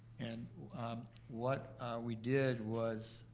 and um what we did was,